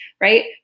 right